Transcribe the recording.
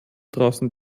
draußen